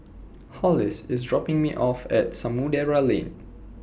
Hollis IS dropping Me off At Samudera Lane